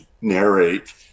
narrate